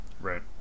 Right